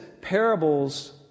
parables